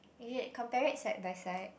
you need to compare it side by side